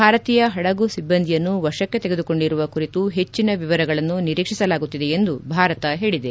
ಭಾರತೀಯ ಹದಗು ಸಿಬ್ಬಂದಿಯನ್ನು ವಶಕ್ಕೆ ತೆಗೆದುಕೊಂಡಿರುವ ಕುರಿತು ಹೆಚ್ಚಿನ ವಿವರಗಳನ್ನು ನಿರೀಕ್ವಿಸಲಾಗುತ್ತಿದೆ ಎಂದು ಭಾರತ ಹೇಳಿದೆ